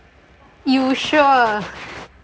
you sure